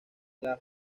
las